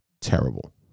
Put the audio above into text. Terrible